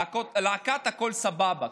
"להקת הכול סבבה",